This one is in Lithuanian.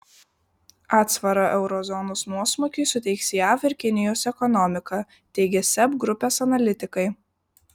atsvarą euro zonos nuosmukiui suteiks jav ir kinijos ekonomika teigia seb grupės analitikai